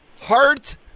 Heart